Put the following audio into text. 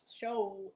Show